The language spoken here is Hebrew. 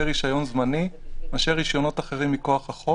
רישיון זמני מאשר רישיונות אחרים מכוח החוק.